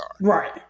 Right